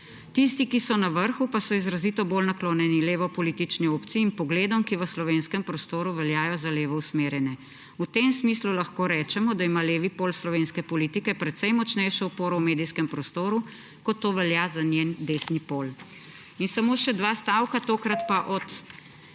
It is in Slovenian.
tisti, ki so na vrhu, pa so izrazito bolj naklonjeni levi politični opciji in pogledom, ki v slovenskem prostoru veljajo za levo usmerjene. V tem smislu lahko rečemo, da ima levi pol slovenske politike precej močnejšo oporo v medijskem prostoru, kot to velja za njen desni pol.« Samo še dva stavka, tokrat pa od